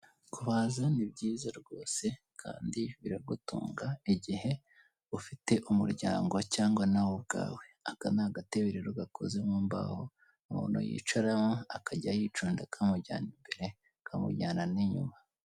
Kubaza ni byiza rwose Kandi biragutunga igihe ufite umuryango cyangwa nawe ubwawe, aka ni agatebe rero gakoze mu mbaho, umuntu yicaraho akajya yicunda kamujyana imbere kamujyana n'inyuma.